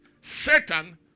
Satan